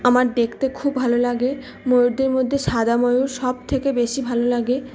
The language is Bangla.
আমার দেখতে খুব ভালো লাগে ময়ূরদের মধ্যে সাদা ময়ূর সব থেকে বেশি ভালো লাগে